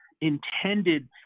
intended